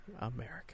America